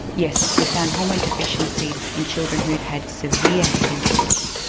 yes, we found hormone deficiencies in children who'd had severe head injuries,